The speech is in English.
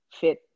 fit